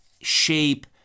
shape